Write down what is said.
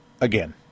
again